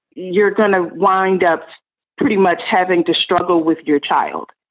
you're going to wound up pretty much having to struggle with your child.